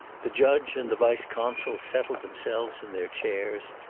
the judge and the vice-consul settled themselves in their chairs.